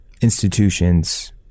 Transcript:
institutions